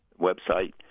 website